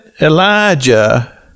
Elijah